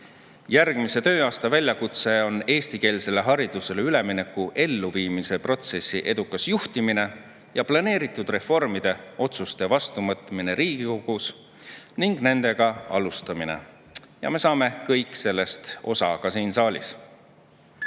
Järgmise tööaasta väljakutse on eestikeelsele haridusele ülemineku elluviimise protsessi edukas juhtimine ja planeeritud reformide otsuste vastuvõtmine Riigikogus ning [reformide] alustamine. Ja me saame kõik sellest osa ka siin saalis. Eesti